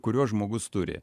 kuriuos žmogus turi